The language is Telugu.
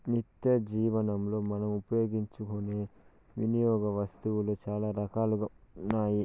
నిత్యజీవనంలో మనం ఉపయోగించుకునే వినియోగ వస్తువులు చాలా రకాలుగా ఉన్నాయి